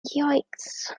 yoicks